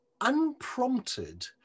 unprompted